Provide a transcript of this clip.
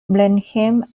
blenheim